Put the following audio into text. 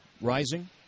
rising